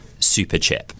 Superchip